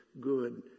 good